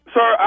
Sir